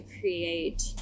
create